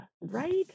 right